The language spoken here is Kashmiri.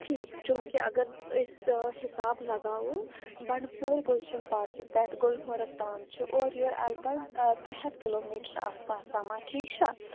ٹھیٖک چوٗنٛکہِ اگر أسۍ حساب لگاوو بَنٛڈٕ پورِ گُلشَن پارکہِ پٮ۪ٹھ گُلمَرٕگ تام چھِ اورٕ یورٕ اَلہٕ پَلہٕ ترٛےٚ ہَتھ کِلوٗ میٖٹر آس پاس سَمان ٹھیٖک چھا